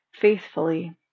faithfully